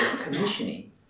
commissioning